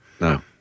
no